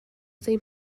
zei